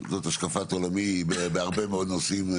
זאת השקפת עולמי בהרבה מאוד נושאים.